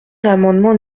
l’amendement